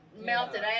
melted